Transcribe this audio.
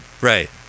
Right